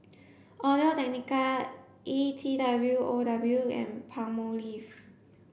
Audio Technica E T W O W and Palmolive